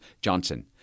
Johnson